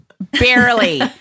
Barely